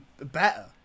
better